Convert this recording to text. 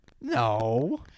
No